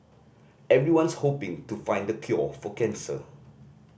everyone's hoping to find a cure for cancer